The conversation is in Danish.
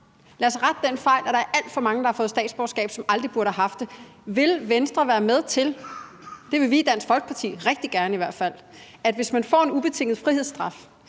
Lad os rette den fejl, at der er alt for mange, der har fået statsborgerskab, som aldrig burde have haft det. Vil Venstre være med til – det vil vi i Dansk Folkeparti i hvert fald rigtig gerne – at sige, at man, hvis man får en ubetinget frihedsstraf,